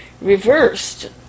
reversed